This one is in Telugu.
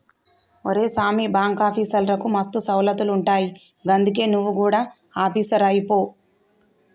ఒరే సామీ, బాంకాఫీసర్లకు మస్తు సౌలతులుంటయ్ గందుకే నువు గుడ ఆపీసరువైపో